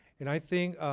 and i think